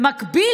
במקביל,